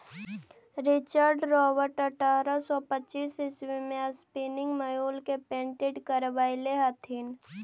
Richard Robert अट्ठरह सौ पच्चीस ईस्वी में स्पीनिंग म्यूल के पेटेंट करवैले हलथिन